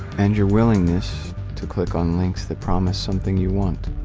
and your willingness to click on links that promise something you want.